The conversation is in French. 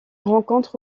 rencontre